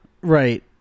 Right